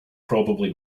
probably